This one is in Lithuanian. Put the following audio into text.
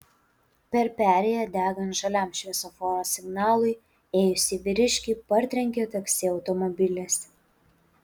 per perėją degant žaliam šviesoforo signalui ėjusį vyriškį partrenkė taksi automobilis